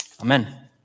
Amen